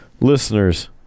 listeners